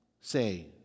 say